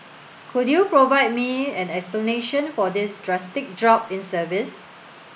could you provide me an explanation for this drastic drop in service